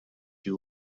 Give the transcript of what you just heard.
you